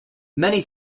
many